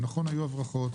נכון, היו הברחות.